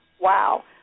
Wow